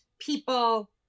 people